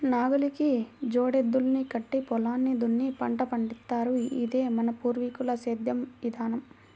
నాగలికి జోడెద్దుల్ని కట్టి పొలాన్ని దున్ని పంట పండిత్తారు, ఇదే మన పూర్వీకుల సేద్దెం విధానం